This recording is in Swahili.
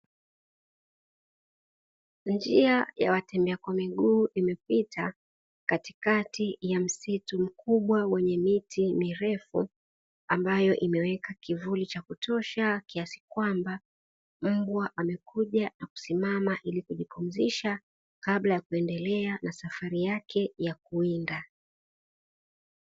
Njia ya watembea kwa miguu imepita katikati ya msitu mkubwa wenye miti mirefu, ambayo imeweka kivuli cha kutosha kiasi kwamba mbwa amekuja na kusimama ili kujipumzisha kabla ya kuendelea na safari yake ya kuwinda.